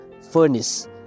furnace